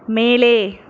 மேலே